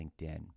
LinkedIn